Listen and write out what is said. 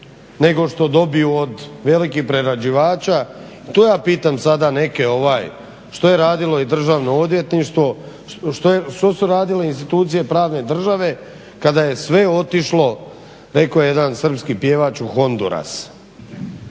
nego što dobiju od velikih prerađivača. To ja pitam sada neke, što je radilo i Državno odvjetništvo, što su radile institucije pravne države kada je sve otišlo, rekao je jedan Srpski pjevač u "Honduras".